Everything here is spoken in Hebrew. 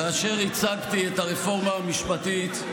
כאשר הצגתי את הרפורמה המשפטית,